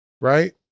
right